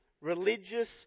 religious